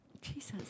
Jesus